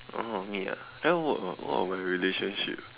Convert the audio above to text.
oh me ah can I work or not work on my relationship